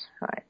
right